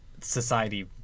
society